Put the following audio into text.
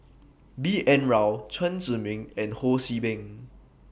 B N Rao Chen Zhiming and Ho See Beng